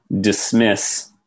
dismiss